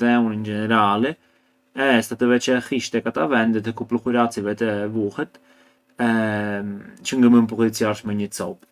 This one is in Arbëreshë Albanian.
dheun in generali e sa të veç e hish tek ata vende te ku pluhuraci vete vuhet çë ngë mënd pullicjarsh me një copë.